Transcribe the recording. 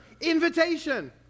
invitation